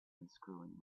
unscrewing